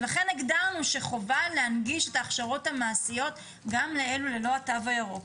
לכן הגדרנו שחובה להנגיש את ההכשרות המעשיות גם לאלה בלי תו ירוק.